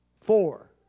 four